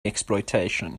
exploitation